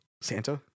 santa